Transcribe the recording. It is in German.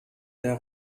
der